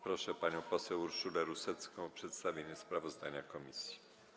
Proszę panią poseł Urszulę Rusecką o przedstawienie sprawozdania komisji.